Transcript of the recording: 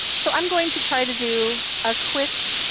so i'm going to try to do a quick